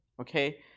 okay